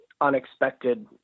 unexpected